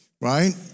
right